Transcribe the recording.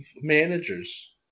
managers